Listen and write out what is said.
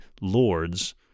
lords